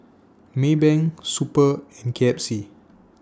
Maybank Super and K F C